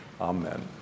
Amen